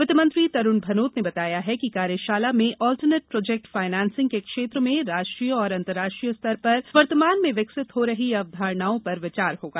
वित्तमंत्री तरूण भनोत ने बताया है कि कार्यशाला में ऑल्टरनेट प्रोजेक्ट फायनेन्सिंग के क्षेत्र में राष्ट्रीय तथा अन्तर्राष्ट्रीय स्तर पर वर्तमान में विकसित हो रही अवधारणाओं पर विचार होगा